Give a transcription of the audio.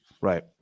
Right